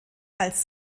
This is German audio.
als